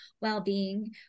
well-being